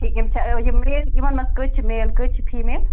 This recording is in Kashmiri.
یِم چھا یِمَن مَنز کٔژ چھِ میٚل کٔژ چھِ فیٖمیٚل